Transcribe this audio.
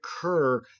occur